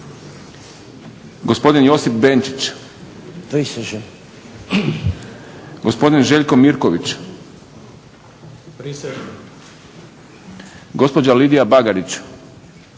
gospodin Josip Benčić-prisežem, gospodin Željko Mirković-prisežem, gospođa Lidija